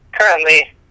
currently